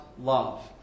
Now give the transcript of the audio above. love